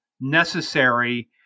necessary